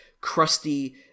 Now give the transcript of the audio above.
crusty